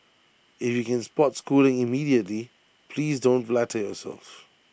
if you can spot schooling immediately please don't flatter yourselves